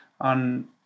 on